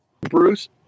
Bruce